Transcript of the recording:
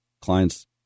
clients